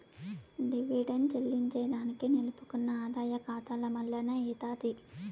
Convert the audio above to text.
dividend చెల్లింజేదానికి నిలుపుకున్న ఆదాయ కాతాల మల్లనే అయ్యితాది